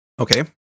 Okay